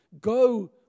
go